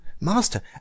master